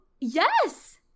yes